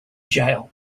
jail